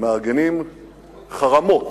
ומארגנים חרמות,